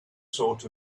sort